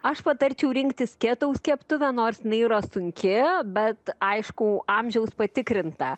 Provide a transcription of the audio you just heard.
aš patarčiau rinktis ketaus keptuvę nors jinai yra sunki bet aišku amžiaus patikrinta